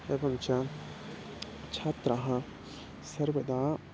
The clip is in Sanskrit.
एवं च छात्राः सर्वदा